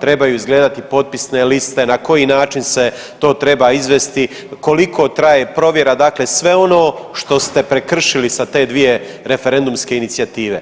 trebaju izgledati potpisne liste, na koji način se to treba izvesti, koliko traje provjera dakle sve ono što ste prekršili sa te dvije referendumske inicijative.